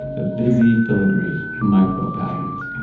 the busy filigree, the micro patterns.